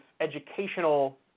educational